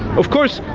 of course,